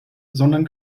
sondern